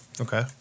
Okay